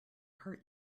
hurt